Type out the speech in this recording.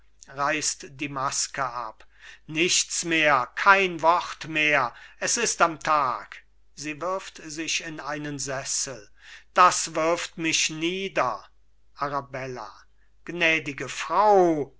reißt die maske ab nichts mehr kein wort mehr es ist am tag sie wirft sich in einen sessel das wirft mich nieder arabella gnädige frau